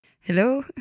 Hello